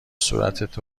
صورتت